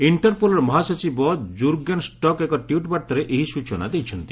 ଇଣ୍ଟର୍ପୋଲ୍ର ମହାସଚିବ Jurgen Stock ଏକ tweet ବାର୍ତ୍ତାରେ ଏହି ସୂଚନା ଦେଇଛନ୍ତି